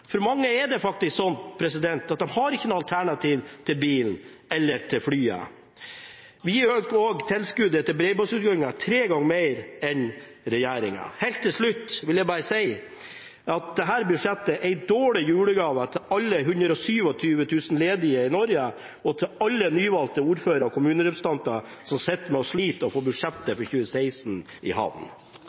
For mange er det faktisk sånn at de ikke har noe alternativ til bil, eller til fly. Vi øker også tilskuddet til bredbåndsutbyggingen tre ganger mer enn regjeringen. Helt til slutt vil jeg bare si at dette budsjettet er en dårlig julegave til alle 127 000 ledige i Norge og til alle nyvalgte ordførere og kommunerepresentanter som sitter og sliter med å få budsjettet for 2016 i